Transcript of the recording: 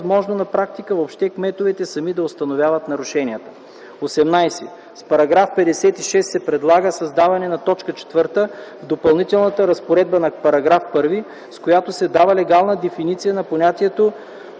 възможно на практика въобще кметовете сами да установяват нарушенията. 18. С § 56 се предлага създаване на т. 4 в Допълнителната разпоредба на § 1, с която се дава легална дефиниция на понятието